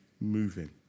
moving